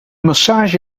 massage